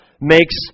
makes